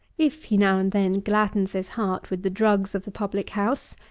if he now and then gladdens his heart with the drugs of the public house,